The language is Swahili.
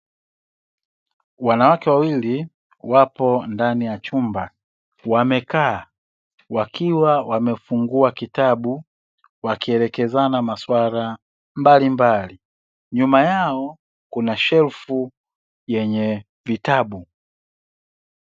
Wanawake wawili wapo ndani ya chumba wamekaa wakiwa wamefungua kitabu wakielekezana masuala mbalimbali. Nyuma yao kuna shelfu yenye vitabu.